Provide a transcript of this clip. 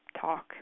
talk